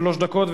שלוש דקות.